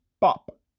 pop